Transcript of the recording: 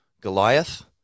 Goliath